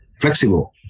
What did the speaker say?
flexible